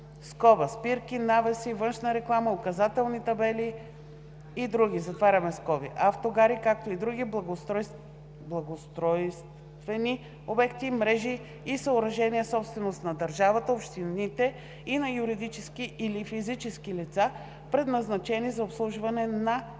реклама (спирки, навеси, външна реклама, указателни табели и други), автогари, както и други благоустройствени обекти, мрежи и съоръжения, собственост на държавата, общините и на юридически или физически лица, предназначени за обслужване на или